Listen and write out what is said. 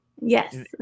Yes